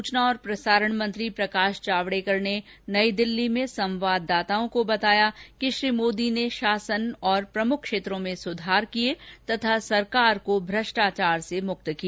सूचना और प्रसारण मंत्री प्रकाश जावडेकर ने नई दिल्ली में संवाददाताओं को बताया कि श्री मोदी ने शासन और प्रमुख क्षेत्रों में सुधार किए तथा सरकार को भ्रष्टाचार से मुक्त किया